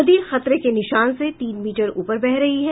नदी खतरे के निशान से तीन मीटर ऊपर बह रही है